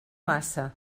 maça